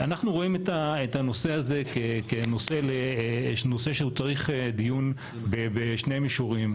אנחנו רואים את הנושא הזה כנושא שהוא צריך דיון בשני מישורים,